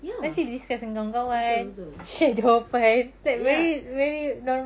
ya betul betul ya